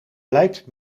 blijkt